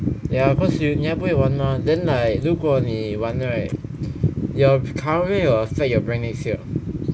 ya cause you 你还不会玩 mah then like 如果你玩 right your current rank will affect your rank next year